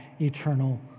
eternal